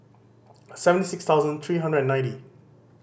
seventy six thousand three hundred and ninety